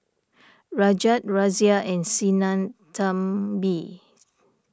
Rajat Razia and Sinnathamby